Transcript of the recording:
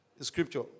Scripture